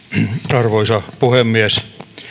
arvoisa puhemies